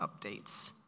updates